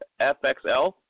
FXL